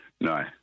No